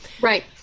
Right